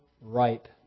ripe